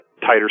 tighter